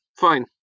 fine